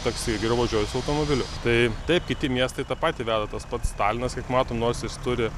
taksi geriau važiuosiu automobiliu tai taip kiti miestai tą patį veda tas pats talinas matom nors jis turi